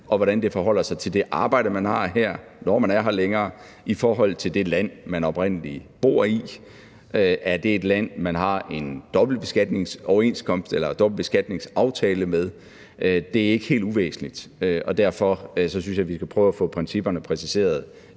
og hvordan det forholder sig til det arbejde, man har her, når man er her længere, i forhold til det land, man oprindelig bor i. Er det et land, man har en dobbeltbeskatningsaftale med? Det er ikke helt uvæsentligt, og derfor synes jeg, vi skal prøve at få principperne præciseret